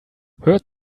hört